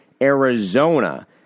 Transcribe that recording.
Arizona